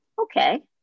Okay